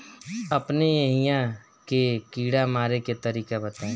अपने एहिहा के कीड़ा मारे के तरीका बताई?